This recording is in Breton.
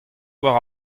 war